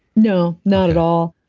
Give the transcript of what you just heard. no. not at all,